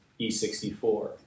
E64